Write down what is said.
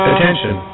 Attention